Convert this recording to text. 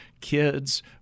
kids